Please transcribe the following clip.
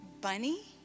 bunny